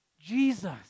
Jesus